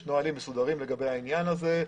יש נהלים מסודרים לגבי העניין הזה.